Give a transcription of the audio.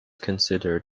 considered